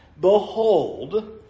Behold